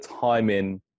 timing